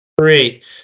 Great